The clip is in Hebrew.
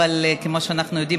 אבל כמו שאנחנו יודעים,